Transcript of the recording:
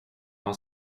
har